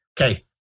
Okay